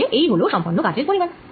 তা হলে এই হল সম্পন্ন কাজের পরিমাণ